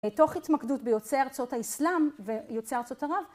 תוך התמקדות ביוצאי ארצות האסלאם ויוצאי ארצות ערב.